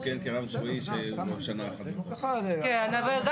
שברישה של הסעיף מפורטים בעלי התפקידים ואז יש